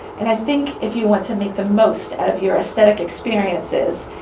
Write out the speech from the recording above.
and i think if you want to make the most of your aesthetic experiences,